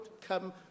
come